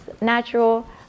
natural